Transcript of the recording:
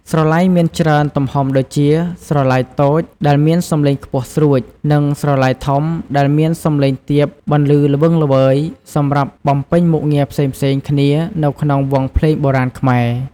ស្រឡៃមានច្រើនទំហំដូចជា ស្រឡៃតូច ដែលមានសំឡេងខ្ពស់ស្រួច និង ស្រឡៃធំ ដែលមានសំឡេងទាបបន្លឺល្វឹងល្វើយ សម្រាប់បំពេញមុខងារផ្សេងៗគ្នានៅក្នុងវង់ភ្លេងបុរាណខ្មែរ។